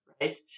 right